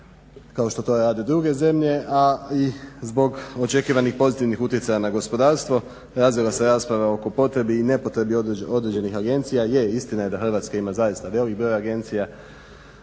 kao što to rade druge zemlje, a i zbog očekivanih pozitivnih utjecaja na gospodarstvo razvila se rasprava oko potrebi i ne potrebi određenih agencija. Je, istina je da Hrvatska ima zaista velik broj agencija.